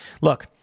Look